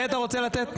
סתם.